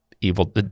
evil